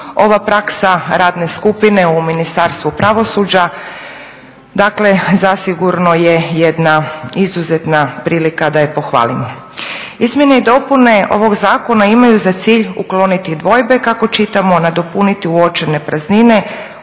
Ova praksa radne skupine u Ministarstvu pravosuđa zasigurno je jedna izuzetna prilika da ju pohvalimo. Izmjene i dopune ovog zakona imaju za cilj ukloniti dvojbe kako čitamo, nadopuniti uočene praznine,